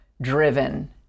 driven